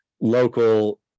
local